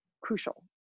crucial